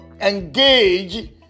engage